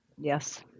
Yes